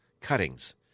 cuttings